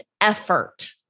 effort